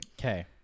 Okay